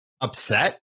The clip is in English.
upset